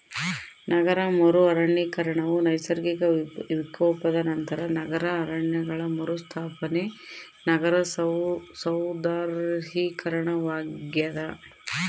ನಗರ ಮರು ಅರಣ್ಯೀಕರಣವು ನೈಸರ್ಗಿಕ ವಿಕೋಪದ ನಂತರ ನಗರ ಅರಣ್ಯಗಳ ಮರುಸ್ಥಾಪನೆ ನಗರ ಸೌಂದರ್ಯೀಕರಣವಾಗ್ಯದ